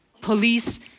police